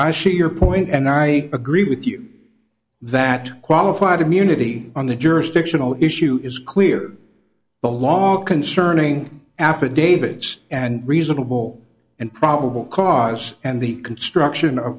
i see your point and i agree with you that qualified immunity on the jurisdictional issue is clear the law concerning affidavits and reasonable and probable cause and the construction